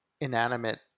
inanimate